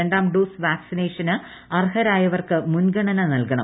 രണ്ടാം dose vaccination അർഹരായവർക്ക് മുൻഗണന നൽകണം